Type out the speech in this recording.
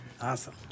Awesome